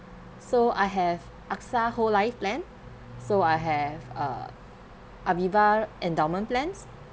so I have AXA whole life plan so I have uh AVIVA endowment plans